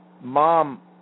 mom